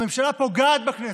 הממשלה פוגעת בכנסת,